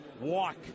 walk